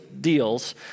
deals